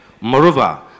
Moreover